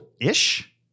ish